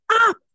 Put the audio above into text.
up